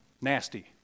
nasty